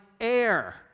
air